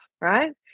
right